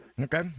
Okay